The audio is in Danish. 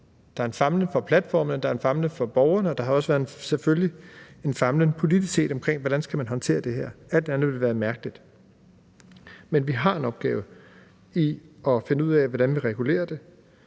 Der er en famlen på platformene, der er en famlen hos borgerne, og der har selvfølgelig også været en famlen politisk set, omkring hvordan man skal håndtere det her. Alt andet ville være mærkeligt. Men vi har en opgave i at finde ud af, hvordan vi regulerer det